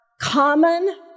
common